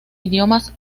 idiomas